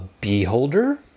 beholder